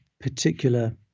particular